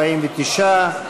49,